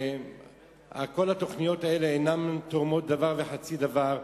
כל התוכניות האלה אינן תורמות דבר וחצי דבר,